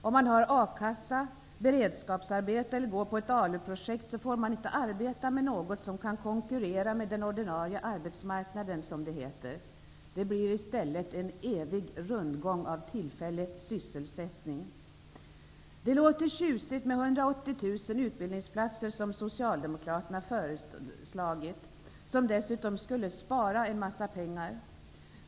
Om man har a-kassa, beredskapsarbete eller är engagerad i ett ALU-projekt, får man inte arbeta med något som kan konkurrera med den ordinarie arbetsmarknaden, som det heter. Det blir i stället en evig rundgång av tillfällig sysselsättning. Det låter tjusigt med 180 000 utbildningsplatser som Socialdemokraterna har föreslagit och som dessutom skulle spara en massa pengar.